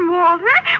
Walter